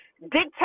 dictate